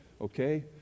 Okay